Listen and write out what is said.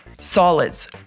solids